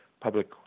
public